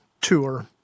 tour